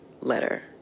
letter